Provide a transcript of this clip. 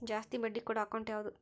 ಜಾಸ್ತಿ ಬಡ್ಡಿ ಕೊಡೋ ಅಕೌಂಟ್ ಯಾವುದು?